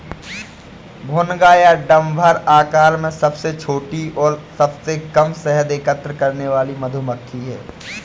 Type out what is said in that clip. भुनगा या डम्भर आकार में सबसे छोटी और सबसे कम शहद एकत्र करने वाली मधुमक्खी है